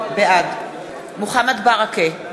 בעד מוחמד ברכה,